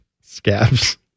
Scabs